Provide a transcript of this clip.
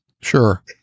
Sure